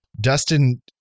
Dustin